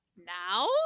Now